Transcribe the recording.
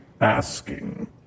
asking